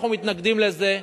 אנחנו מתנגדים לזה,